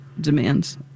demands